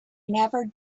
never